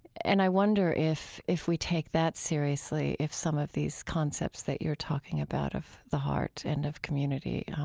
and i wonder if if we take that seriously, if some of these concepts that you're talking about of the heart and of community,